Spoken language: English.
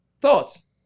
Thoughts